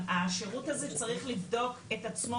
השירות הזה צריך לבדוק את עצמו,